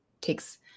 takes